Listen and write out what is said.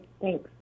Thanks